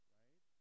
right